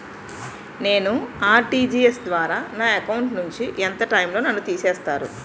నేను ఆ.ర్టి.జి.ఎస్ ద్వారా నా అకౌంట్ నుంచి ఎంత టైం లో నన్ను తిసేస్తారు?